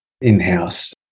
in-house